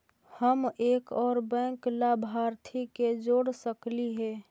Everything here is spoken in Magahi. हम एक और बैंक लाभार्थी के जोड़ सकली हे?